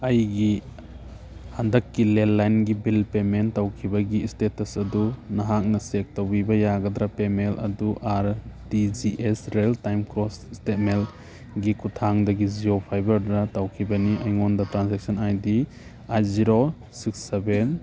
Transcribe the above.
ꯑꯩꯒꯤ ꯍꯟꯗꯛꯀꯤ ꯂꯦꯟꯂꯥꯏꯟꯒꯤ ꯕꯤꯜ ꯄꯦꯃꯦꯟ ꯇꯧꯈꯤꯕꯒꯤ ꯏꯁꯇꯦꯇꯁ ꯑꯗꯨ ꯅꯍꯥꯛꯅ ꯆꯦꯛ ꯇꯧꯕꯤꯕ ꯌꯥꯒꯗ꯭ꯔꯥ ꯄꯦꯃꯦꯟ ꯑꯗꯨ R T G S real time cross ꯁ꯭ꯇꯦꯠꯃꯦꯟꯒꯤ ꯈꯨꯠꯊꯥꯡꯗꯒꯤ ꯖꯤꯌꯣ ꯐꯥꯏꯕꯔꯗꯨꯅ ꯇꯧꯈꯤꯕꯅꯤ ꯑꯩꯉꯣꯟꯗ transaction I D eight zero six seven